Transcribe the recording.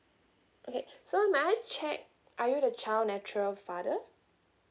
okay so may I check are you the child natural father